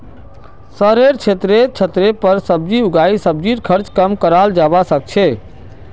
शहरेर क्षेत्रत छतेर पर सब्जी उगई सब्जीर खर्च कम कराल जबा सके छै